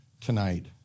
tonight